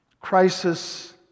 Crisis